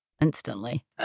instantly